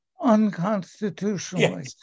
unconstitutionally